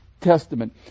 testament